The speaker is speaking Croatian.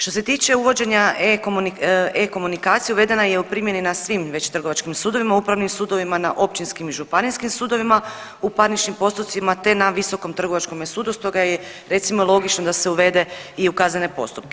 Što se tiče uvođenja e-komunikacije uvedena je u primjeni na svim već trgovačkim sudovima, upravnim sudovima, na općinskim i županijskim sudovima, u parničnim postupcima, te na visokome trgovačkome sudu, stoga je recimo logično da se uvede i u kaznene postupke.